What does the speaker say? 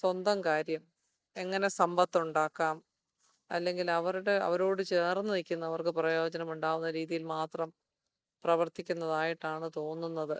സ്വന്തം കാര്യം എങ്ങനെ സമ്പത്തുണ്ടാക്കാം അല്ലെങ്കിൽ അവരുടെ അവരോട് ചേർന്ന് നിൽക്കുന്നവർക്ക് പ്രയോജനം ഉണ്ടാവുന്ന രീതിയിൽ മാത്രം പ്രവർത്തിക്കുന്നതായിട്ടാണ് തോന്നുന്നത്